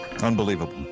Unbelievable